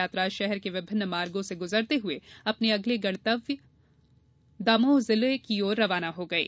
यात्रा शहर के विभिन्न मार्गों से गुजरते हुए अपने अगले गंतव्य दमोह जिले की ओर रवाना हो गयी